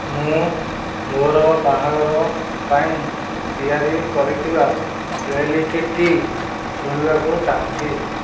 ମୁଁ ମୋ'ର ବାହାଘର ପାଇଁ ତିଆରି କରିଥିବା ପ୍ଲେଲିଷ୍ଟ୍ଟି ଶୁଣିବାକୁ ଚାହୁଁଛି